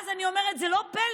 אני אומרת: זה לא פלא,